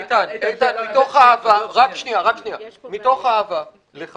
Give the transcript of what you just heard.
איתן, מתוך אהבה לך